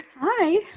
Hi